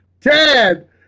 Ted